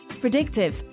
Predictive